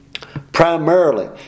primarily